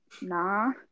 nah